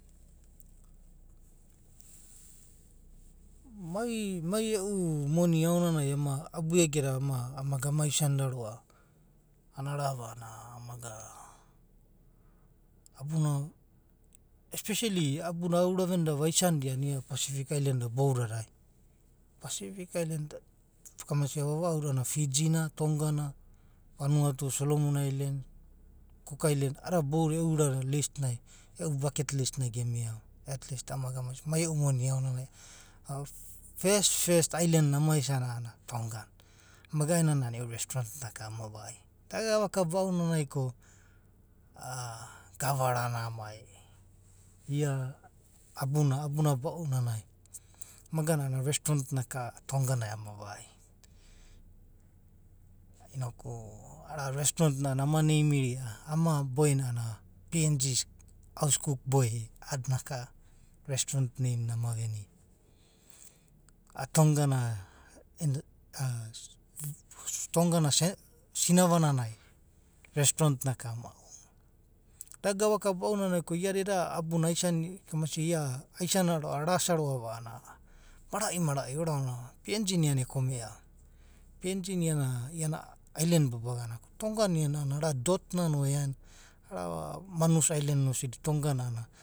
Mai mai e'u moni aonanai ema abu egeda ama amaga isanda ro'a a'ana arava a'ana amaga abuna espesoli abuda auraveni vaisanda a'ana ia pasifik ailenda boudadai. Pasifik ailenda kamasia vava'auda a'ana Fiji na, Tonga na, Vanuatu na, Cook ailen, vava'uda a'ana a'ada boudadai e'u baket list nai gemia va, etlist amaga ama isa. Mai e'u moni aonanai a'ana a'a fest fest ailen na a'ana Tonga na. Amaga a'aenanai e'u restront na ka ama vaia. Da gavaka ba'unai ko gavarana mai ia abuna, abuna ba'unanai. Ama gana a'ana restront na ka Tonga nai ama vaia. Inoku ara restront na a'ana ama neimira, ama boena a'ana "PNG's Hauskuk Boi" a'adina restront neim na ama venia. A'a Tongana Tonga na sinavananai restront na ka ama vaia. Da gavaka ba'unai ko iada eda abuna aisana kamasia ia aisana arasa ro'ava a'ana marai marai orasaonava e. PNG na iana e kome'a, PNG na iana ailen babagana. Tonga na iana arava dot na no e aena, arava Manus ailen na a'adina